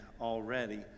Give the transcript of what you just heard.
already